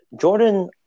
Jordan